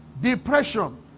depression